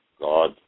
God